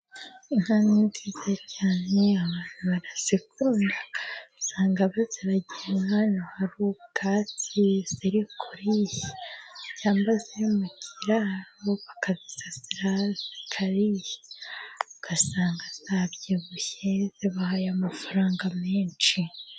Inka ni nziza cyane, abantu barazikunda, usanga baziragiye ahantu hari ubwatsi zirikurisha, cyangwa ziri mu kiraro bakazisasira, ugasanga zabyibushye zibahaye amafaranga menshi.